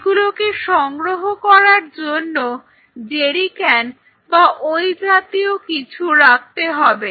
এগুলোকে সংগ্রহ করার জন্য জেরি ক্যান বা ওই জাতীয় কিছু রাখতে হবে